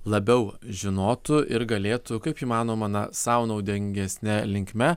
labiau žinotų ir galėtų kaip įmanoma na sau naudingesne linkme